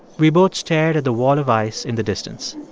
we both stared at the wall of ice in the distance.